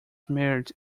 married